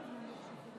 חבריי חברי הכנסת,